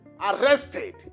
arrested